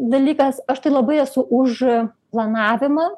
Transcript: dalykas aš tai labai esu už planavimą